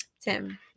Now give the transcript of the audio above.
Tim